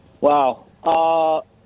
Wow